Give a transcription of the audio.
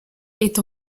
est